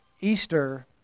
Easter